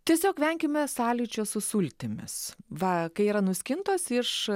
tiesiog venkime sąlyčio su sultimis va kai yra nuskintos iš